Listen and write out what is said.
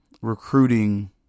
recruiting